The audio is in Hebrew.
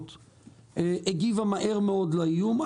הגיבה מהר מאוד לאיום.